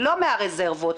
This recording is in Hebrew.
לא מהרזרבות,